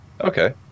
Okay